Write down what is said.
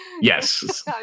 Yes